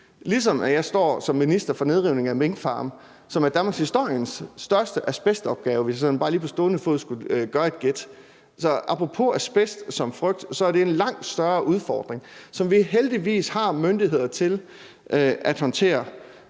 ligesom jeg som minister står for nedrivning af minkfarme, som er danmarkshistoriens største asbestopgave, hvis jeg sådan bare lige på stående fod skulle komme med et gæt. Så apropos asbest som frygt er dét en langt større udfordring, som vi heldigvis har myndigheder til at håndtere,